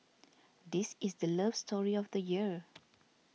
this is the love story of the year